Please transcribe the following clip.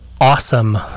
awesome